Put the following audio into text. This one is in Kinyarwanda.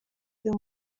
uyu